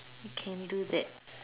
can we do that